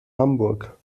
hamburg